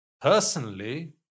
Personally